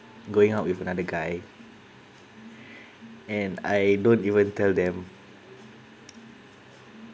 going out with another guy and I don't even tell them